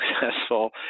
successful